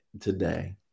today